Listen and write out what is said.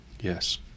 Yes